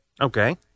Okay